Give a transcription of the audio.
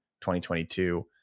2022